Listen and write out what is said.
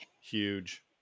Huge